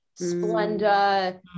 Splenda